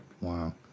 Wow